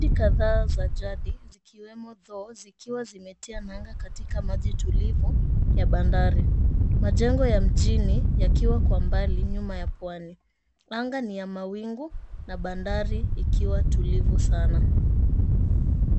Boti kadhaa za jadi zikiwemo dhow zikiwa zimetia nanga katika maji tulivu ya bandari. Majengo ya mjini yakiwa kwa mbali nyuma ya pwani. Anga ni ya mawingu na bandari ikiwa tulivu sana.